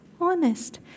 honest